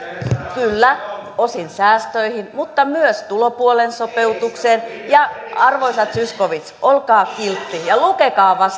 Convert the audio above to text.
kyllä osin säästöihin mutta myös tulopuolen sopeutukseen ja arvoisa edustaja zyskowicz olkaa kiltti ja lukekaa